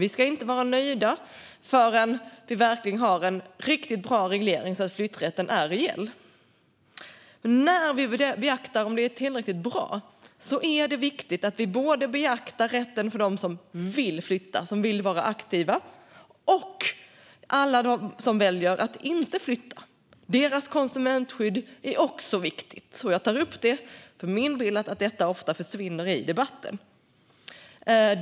Vi ska inte vara nöjda förrän vi verkligen har en riktigt bra reglering så att flytträtten är reell. När vi beaktar om den är tillräckligt bra är det viktigt att vi beaktar rätten både för dem som vill flytta, som vill vara aktiva, och för alla som väljer att inte flytta. Deras konsumentskydd är också viktigt. Jag tar upp detta eftersom min bild är att det ofta försvinner i debatten.